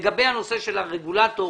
לגבי הנושא של הרגולטור,